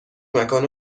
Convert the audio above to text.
مکان